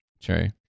True